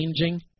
changing